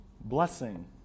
blessing